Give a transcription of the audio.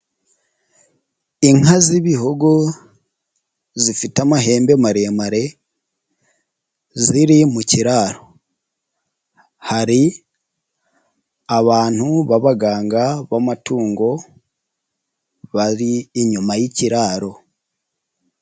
Inka z'ibihogo, zifite amahembe maremare, ziri mu kiraro. Hari abantu babaganga b'amatungo, bari inyuma y'ikiraro.